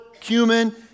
cumin